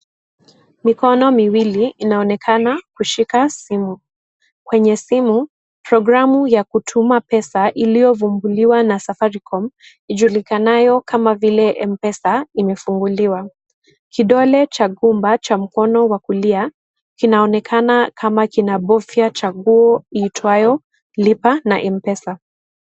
Mikono miwili inaonekana kushika simu. Kwenye simu, programu ya kutuma pesa iliyovumbuliwa na safaricom ijulikanayo kama vile mpesa imefunguliwa. Kidole cha gumba cha mkono wa kulia kinaonekana kama kunabofya chaguo iitwayo lipa na mpesa.